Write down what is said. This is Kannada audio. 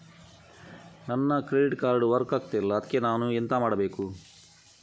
ನನ್ನ ಕ್ರೆಡಿಟ್ ಕಾರ್ಡ್ ವರ್ಕ್ ಆಗ್ತಿಲ್ಲ ಅದ್ಕೆ ನಾನು ಎಂತ ಮಾಡಬೇಕು?